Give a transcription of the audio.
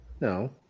No